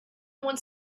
wants